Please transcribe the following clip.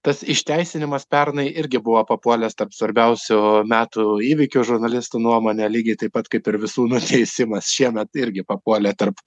tas išteisinimas pernai irgi buvo papuolęs tarp svarbiausių metų įvykių žurnalistų nuomone lygiai taip pat kaip ir visų nuteisimas šiemet irgi papuolė tarp